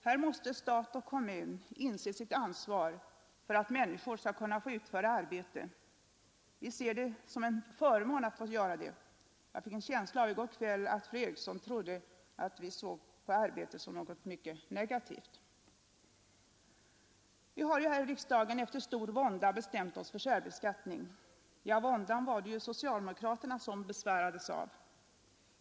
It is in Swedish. Här måste stat och kommun inse sitt ansvar för att människor skall kunna få utföra arbete. Vi ser det som en förmån att få göra det; jag fick i går kväll en känsla av att fru Eriksson i Stockholm trodde att vi såg på arbete som något mycket negativt. Vi har här i riksdagen efter stor vånda bestämt oss för särbeskattning. Ja, våndan var det socialdemokraterna som besvärades av.